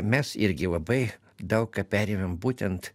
mes irgi labai daug ką perėmėm būtent